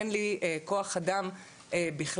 אין לי כוח אדם בכלל,